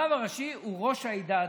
הרב הראשי הוא ראש העדה הדתית.